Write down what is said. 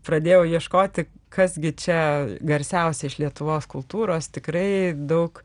pradėjau ieškoti kas gi čia garsiausia iš lietuvos kultūros tikrai daug